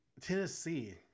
Tennessee